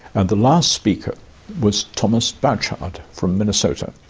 and the last speaker was thomas bouchard from minnesota.